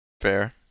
Fair